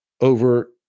Over